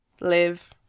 live